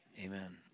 Amen